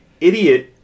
idiot